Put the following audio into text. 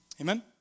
Amen